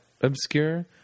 obscure